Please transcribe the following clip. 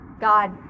God